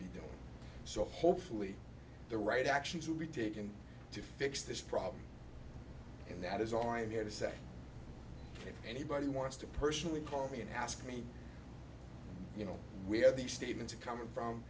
do so hopefully the right actions will be taken to fix this problem and that is all i'm here to say if anybody wants to personally call me and ask me you know where these statements are coming from